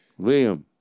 Liam